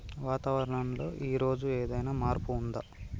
వాతావరణం లో ఈ రోజు ఏదైనా మార్పు ఉందా?